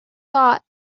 thought